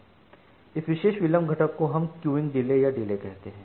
इस विशेष विलंब घटक को हम क्यूइंग देरी या डिले कहते हैं